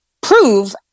prove